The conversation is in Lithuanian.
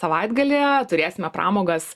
savaitgalį turėsime pramogas